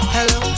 Hello